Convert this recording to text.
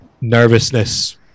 nervousness